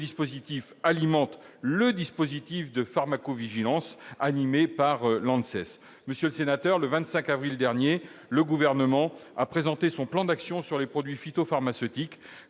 alimente le dispositif de pharmacovigilance animé par l'ANSES. Le 25 avril dernier, le Gouvernement a présenté son plan d'action sur les produits phytopharmaceutiques